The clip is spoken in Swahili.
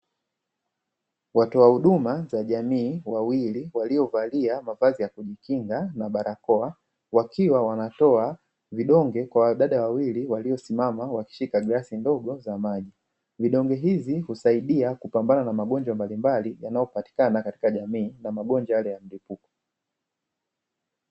Watoa huduma wa jamii wawili waliovalia mavazi ya kujikinga na barakoa, wakiwa wanatoa vidonge kwa wadada wawili waliosimama wakishika glasi ndogo za maji. Vidonge hivi husaidia kupambana na magonjwa mbalimbali yanayopatikana katika jamii na magonjwa yale ya mlipuko.